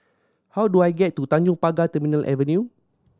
how do I get to Tanjong Pagar Terminal Avenue